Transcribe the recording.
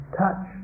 touch